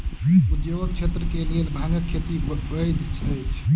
उद्योगक क्षेत्र के लेल भांगक खेती वैध अछि